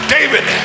David